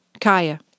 Kaya